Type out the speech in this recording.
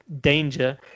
danger